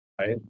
right